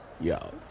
yo